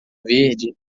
verde